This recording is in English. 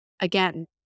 Again